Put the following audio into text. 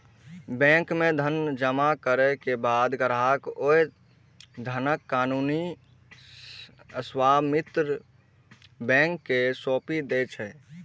bank मे धन जमा करै के बाद ग्राहक ओइ धनक कानूनी स्वामित्व बैंक कें सौंपि दै छै